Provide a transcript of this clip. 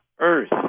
Earth